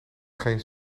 geen